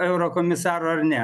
eurokomisaru ar ne